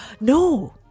no